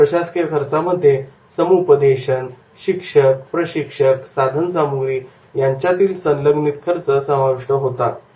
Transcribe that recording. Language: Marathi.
या प्रशासकीय खर्चामध्ये समुपदेशक शिक्षक प्रशिक्षक व साधन सामुग्री यांच्याशी संलग्नित खर्च समाविष्ट होतात